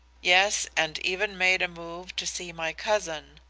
yes, and even made a move to see my cousin,